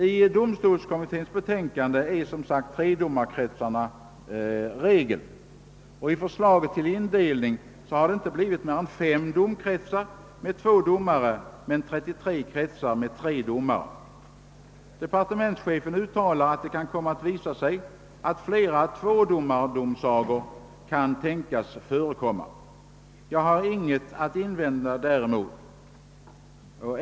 I domstolskommitténs betänkande anges som sagt tredomarkretsarna som regel, och i förslaget om indelning har det inte blivit mer än 5 domkretsar med två domare mot 33 kretsar med tre domare. Departementschefen uttalar att det kan bli fler två domardomsagor, och jag har ingenting att invända däremot.